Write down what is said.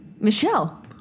Michelle